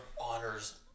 honors